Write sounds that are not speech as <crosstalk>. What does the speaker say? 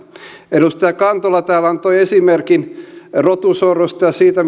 edustaja kantola täällä antoi esimerkin rotusorrosta ja siitä <unintelligible>